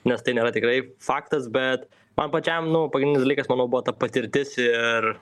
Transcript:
nes tai nėra tikrai faktas bet man pačiam nu painus dalykas manau buvo ta patirtis ir